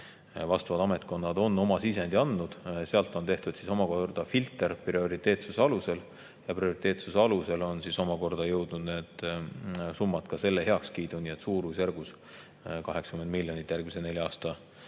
vastavad ametkonnad on oma sisendi andnud. Sealt on tehtud omakorda filter prioriteetsuse alusel. Prioriteetsuse alusel on omakorda jõudnud need summad ka selle heakskiiduni, nii et suurusjärgus 80 miljonit järgmise nelja aasta